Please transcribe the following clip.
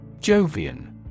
Jovian